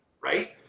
right